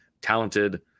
talented